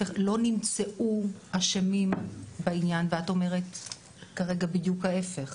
לא נמצאו אשמים בעניין ואת אומרת כרגע בדיוק ההיפך